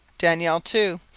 daniel, too,